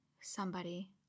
Somebody